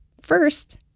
First